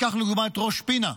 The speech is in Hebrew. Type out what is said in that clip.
לקחנו כדוגמה את ראש פינה.